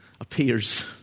appears